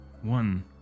one